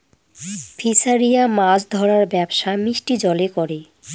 ফিসারিরা মাছ ধরার ব্যবসা মিষ্টি জলে করে